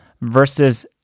versus